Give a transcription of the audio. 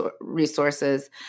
resources